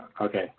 Okay